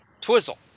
Twizzle